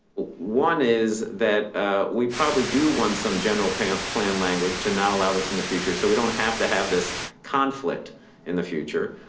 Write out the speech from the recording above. one is that we probably do want some general plan plan language to not allow this in the future. so we don't have to have this conflict in the future.